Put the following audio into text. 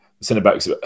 centre-backs